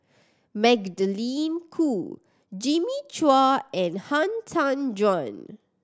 Magdalene Khoo Jimmy Chua and Han Tan Juan